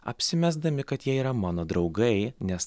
apsimesdami kad jie yra mano draugai nes